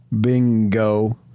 Bingo